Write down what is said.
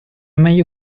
meglio